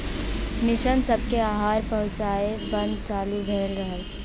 mission सबके आहार पहुचाए बदे चालू भइल रहल